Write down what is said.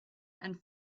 and